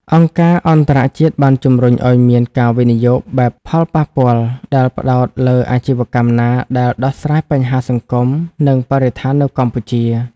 អង្គការអន្តរជាតិបានជម្រុញឱ្យមានការវិនិយោគបែបផលប៉ះពាល់ ដែលផ្ដោតលើអាជីវកម្មណាដែលដោះស្រាយបញ្ហាសង្គម និងបរិស្ថាននៅកម្ពុជា។